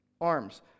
arms